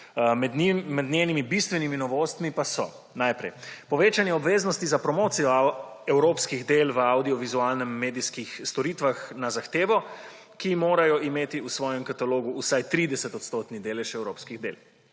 Med njenimi bistvenimi novostmi pa so: povečanje obveznosti za promocijo evropskih del v avdiovizualnih medijskih storitvah na zahtevo, ki morajo imeti v svojem katalogu vsaj 30-odsotni delež evropskih del;